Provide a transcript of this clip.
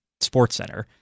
SportsCenter